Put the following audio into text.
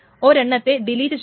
ഒരെണ്ണത്തെ delete ചെയ്യണം